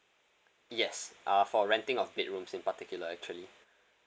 yes uh for renting of bedrooms in particular actually